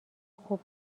خوب